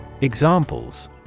Examples